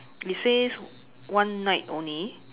it says one night only